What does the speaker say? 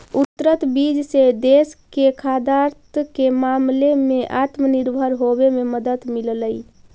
उन्नत बीज से देश के खाद्यान्न के मामले में आत्मनिर्भर होवे में मदद मिललई